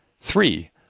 Three